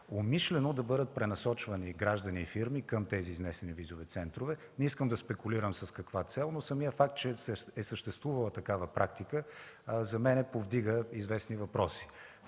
умишлено да бъдат пренасочвани граждани и фирми към тези изнесени визови центрове. Не искам да спекулирам с каква цел, но самият факт, че е съществувала такава практика, за мен повдига известни въпроси.